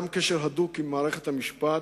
מתקיים קשר הדוק עם מערכת המשפט,